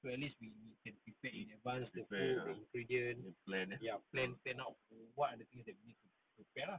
prepare ah plan eh